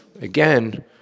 again